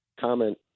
comment